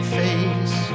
face